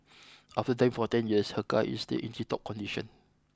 after driving for ten years her car is still in tiptop condition